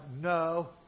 no